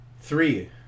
Three